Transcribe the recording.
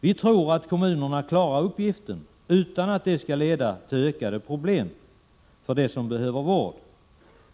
Vi tror att kommunerna klarar uppgiften utan att det skall leda till ökade problem för dem som behöver vård.